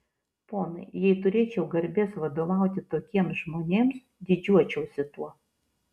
ponai jei turėčiau garbės vadovauti tokiems žmonėms didžiuočiausi tuo